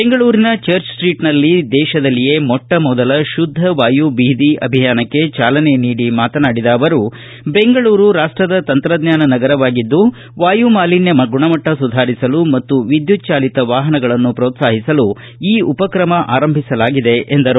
ಬೆಂಗಳೂರಿನ ಚರ್ಚ್ ಸ್ಟೀಟ್ನಲ್ಲಿ ದೇಶದಲ್ಲಿಯೇ ಮೊಟ್ಟ ಮೊದಲ ಶುಧ್ಧ ವಾಯು ಬೀದಿ ಅಭಿಯಾನಕ್ಕೆ ಚಾಲನೆ ನೀಡಿ ಮಾತನಾಡಿದ ಅವರು ಬೆಂಗಳೂರು ರಾಷ್ಟದ ತಂತ್ರಜ್ಞಾನ ನಗರವಾಗಿದ್ದು ವಾಯುಮಾಲಿನ್ಯ ಗುಣಮಟ್ಟ ಸುಧಾರಿಸಲು ಮತ್ತು ವಿದ್ಯುತ್ ಚಾಲಿತ ವಾಹನಗಳನ್ನು ಪೋತ್ಲಾಹಿಸಲು ಈ ಉಪಕ್ರಮವನ್ನು ಆರಂಭಿಸಲಾಗಿದೆ ಎಂದರು